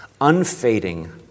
unfading